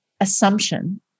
assumption